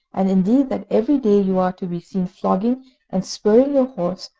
and indeed that every day you are to be seen flogging and spurring your horse,